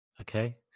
okay